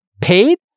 paid